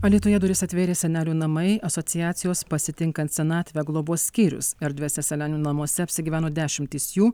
alytuje duris atvėrė senelių namai asociacijos pasitinkant senatvę globos skyrius erdviuose senelių namuose apsigyveno dešimtys jų